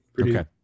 Okay